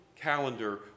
calendar